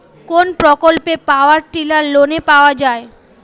কোন প্রকল্পে power tiller লোনে পাওয়া য়ায়?